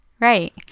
right